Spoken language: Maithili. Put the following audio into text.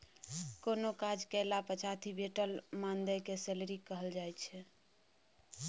कोनो काज कएला पछाति भेटल मानदेय केँ सैलरी कहल जाइ छै